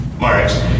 marks